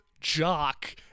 jock